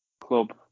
club